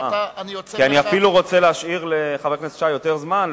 כי אני אפילו רוצה להשאיר לחבר הכנסת שי יותר זמן,